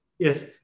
Yes